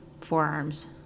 forearms